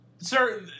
Sir